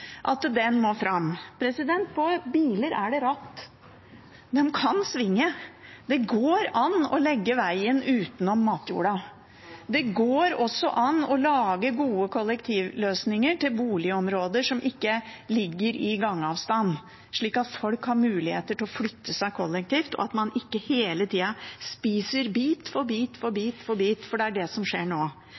at den må fram. På biler er det ratt. De kan svinge. Det går an å legge veien utenom matjorda. Det går også an å lage gode kollektivløsninger til boligområder som ikke ligger i gangavstand, slik at folk har mulighet til å flytte seg kollektivt, og slik at man ikke hele tida spiser bit for bit for bit for bit. Det er det som skjer nå,